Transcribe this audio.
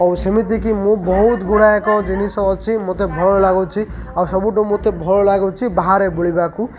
ଆଉ ସେମିତିକି ମୁଁ ବହୁତ ଗୁଡ଼ାଏକ ଜିନିଷ ଅଛି ମୋତେ ଭଲ ଲାଗୁଛି ଆଉ ସବୁଠୁ ମୋତେ ଭଲ ଲାଗୁଛି ବାହାରେ ବୁଲିବାକୁ